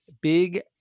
big